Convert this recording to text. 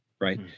right